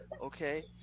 okay